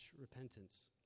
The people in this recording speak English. repentance